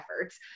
efforts